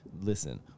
Listen